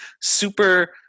super